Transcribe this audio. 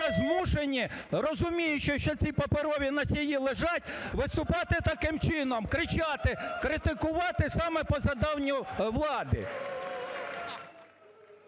змушені, розуміючи, що ці паперові носії лежать, виступати таким чином, кричати, критикувати саме по завданню влади.